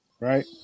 Right